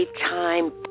time